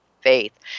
faith